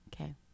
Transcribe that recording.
Okay